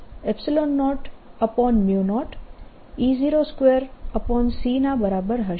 જે 1200 E02c ના બરાબર હશે